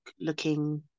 looking